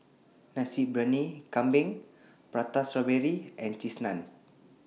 Nasi Briyani Kambing Prata Strawberry and Cheese Naan